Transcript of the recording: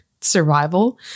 survival